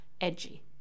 edgy